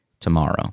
Tomorrow